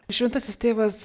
šventasis tėvas